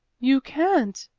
you can't,